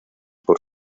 por